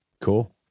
cool